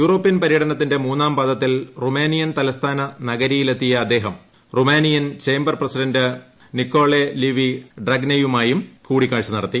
European പര്യടനത്തിന്റെ മൂന്നാം പാദത്തിൽ റുമാനിയൻ തലസ്ഥാന നഗരിയിലെത്തിയ അദ്ദേഹം Romanian chamber president Nicolae Liviu ഡ്രാഗ്നയുമായും കൂടിക്കാഴ്ച നടത്തി